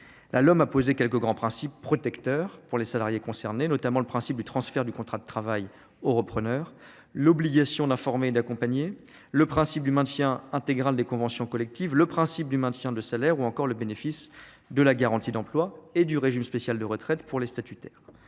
La LOM a posé quelques grands principes protecteurs pour les salariés concernés, notamment le transfert du contrat de travail au repreneur ; l’obligation d’informer et d’accompagner ; le principe du maintien intégral des conventions collectives ; le principe du maintien de salaire ; le bénéfice de la garantie d’emploi et du régime spécial de retraite pour les salariés